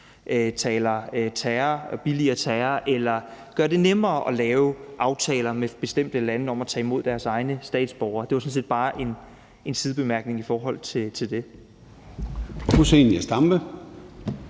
som billiger terror, eller gør det nemmere at lave aftaler med bestemte lande om tage imod deres egne statsborgere. Det var sådan set bare en sidebemærkning i forhold til det. Kl. 15:10 Formanden